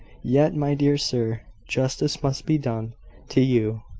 yet, my dear sir, justice must be done to you.